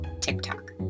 TikTok